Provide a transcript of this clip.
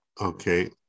okay